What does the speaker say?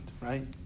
right